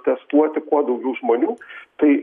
testuoti kuo daugiau žmonių štai